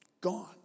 Gone